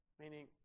Meaning